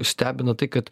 stebina tai kad